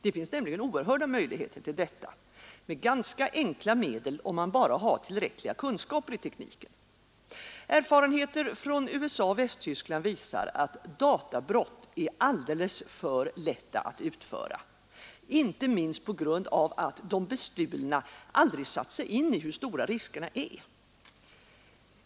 Det finns nämligen oerhörda möjligheter till stöld eller förvanskning — och med ganska enkla medel, om man bara har tillräckliga kunskaper i tekniken. Erfarenheter från USA och Västtyskland visar att databrott är alldeles för lätta att utföra, inte minst på grund av att de bestulna aldrig satt sig in i hur stora riskerna är.